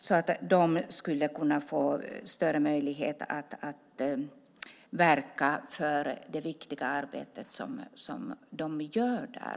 Kan de på det sättet få större möjlighet att verka för det viktiga arbete som de gör där?